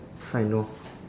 sign no